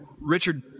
Richard